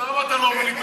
למה אתה לא אומר לי תודה?